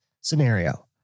scenario